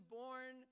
born